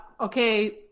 okay